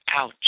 Ouch